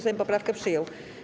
Sejm poprawkę przyjął.